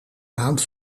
maand